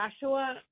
Joshua